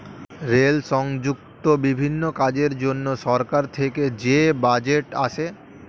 rail সংযুক্ত বিভিন্ন কাজের জন্য সরকার থেকে যে বাজেট আসে